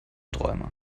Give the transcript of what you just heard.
träumer